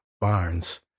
Barnes